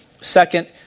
Second